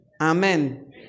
amen